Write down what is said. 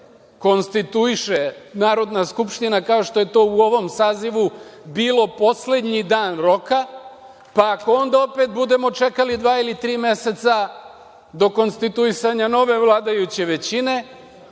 konstituiše Narodna skupština, kao što je to u ovom sazivu bilo poslednji dan roka? Pa, ako onda opet budemo čekali dva ili tri meseca do konstituisanja nove vladajuće većine,